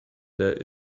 there